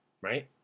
right